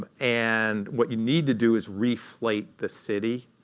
but and what you need to do is reflate the city,